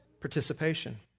participation